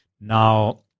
Now